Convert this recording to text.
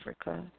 Africa